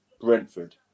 brentford